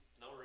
No